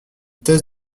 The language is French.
thèse